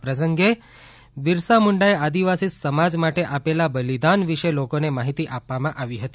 આ પ્રસંગે બિરસા મુંડાએ આદિવાસી સમાજ માટે આપેલા બલિદાન વિશે લોકોને માહિતી આપવમાં આવી હતી